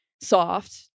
soft